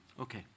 Okay